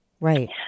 Right